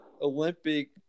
Olympic